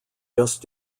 just